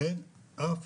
אין אף